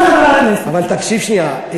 אבל תקשיב שנייה.